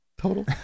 Total